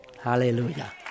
Hallelujah